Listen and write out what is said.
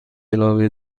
علاوه